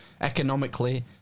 economically